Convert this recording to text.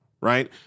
Right